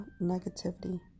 negativity